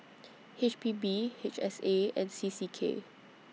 H P B H S A and C C K